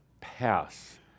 pass